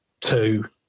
two